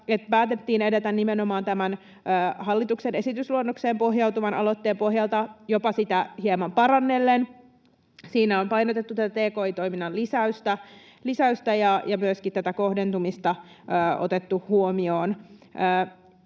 päätettiin edetä nimenomaan hallituksen esitysluonnokseen pohjautuvan aloitteen pohjalta sitä jopa hieman parannellen. Siinä on painotettu tki-toiminnan lisäystä ja myöskin tätä kohdentumista on otettu huomioon.